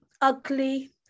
ugly